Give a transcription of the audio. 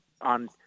on